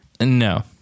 No